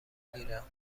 گیرم